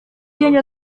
dzień